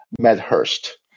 Medhurst